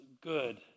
good